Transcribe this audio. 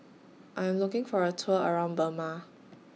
I Am looking For A Tour around Burma